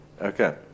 Okay